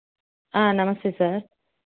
నమస్తే సార్